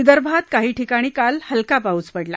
विदर्भात काही ठिकाणी काल हलका पाऊस आला